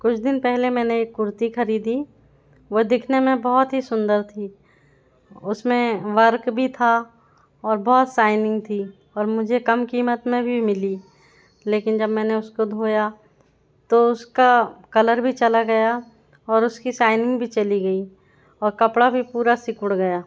कुछ दिन पहले मैंने एक कुर्ती खरीदी वो दिखने में बहुत ही सुंदर थी उसमें वर्क भी था और बहुत शाइनिंग थी और मुझे कम कीमत में भी मिली लेकिन जब मैं उसको धोया तो उसका कलर भी चला गया और उसकी शाइनिंग भी चली गई और कपड़ा भी पूरा सिकुड़ गया